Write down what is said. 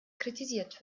kritisiert